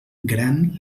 gran